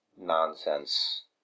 Nonsense